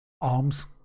arms